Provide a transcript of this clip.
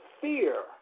fear